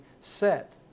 set